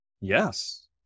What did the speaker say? yes